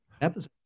episode